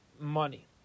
money